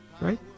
right